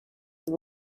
were